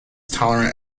tolerant